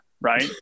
right